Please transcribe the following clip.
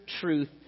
truth